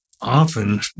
often